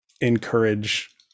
encourage